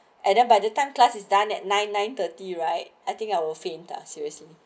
and then by the time class is done at nine nine thirty right I think I will faint ah seriously